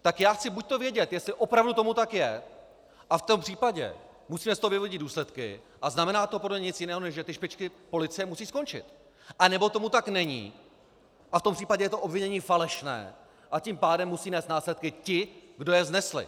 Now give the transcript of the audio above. Tak já chci buďto vědět, jestli opravdu tomu tak je, a v tom případě musíme z toho vyvodit důsledky a neznamená to podle mě nic jiného, než že ty špičky policie musí skončit, anebo tomu tak není a v tom případě je to obvinění falešné, a tím pádem musí nést následky ti, kdo je vznesli.